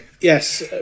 Yes